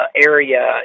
area